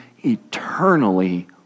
eternally